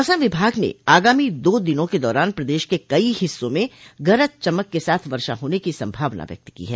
मौसम विभाग ने आगामी दो दिनों के दौरान प्रदेश के कई हिस्सों में गरज चमक के साथ वर्षा होने की संभावना व्यक्त की है